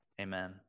amen